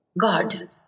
God